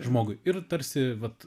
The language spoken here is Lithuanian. žmogui ir tarsi vat